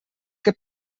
que